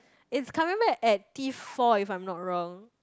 it's coming back at P-four if I'm not wrong